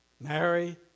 Mary